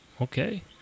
Okay